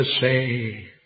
say